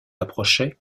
approchait